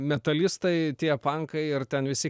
metalistai tie pankai ar ten visi